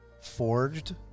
Forged